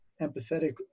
empathetic